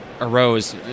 arose